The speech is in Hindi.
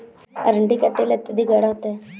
अरंडी का तेल अत्यधिक गाढ़ा होता है